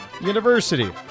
University